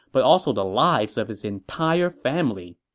but also the lives of his entire family.